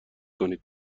کنید